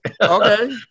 Okay